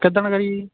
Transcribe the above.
ਕਿੱਦਣ ਕਰੀਏ ਜੀ